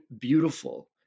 beautiful